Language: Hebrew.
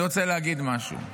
אני רוצה להגיד משהו.